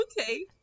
Okay